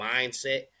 mindset